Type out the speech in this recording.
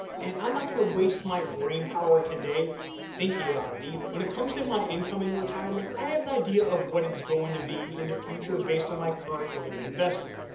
and i'm not gonna waste my brainpower today thinking about it either. when it comes to my income in retirement, i have an idea of what it's going to be in the future based on my current rate of investing.